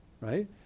right